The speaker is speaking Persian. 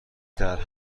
درهم